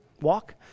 walk